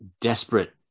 desperate